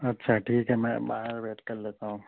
اچھا ٹھیک ہے میں باہر ویٹ کر لیتا ہوں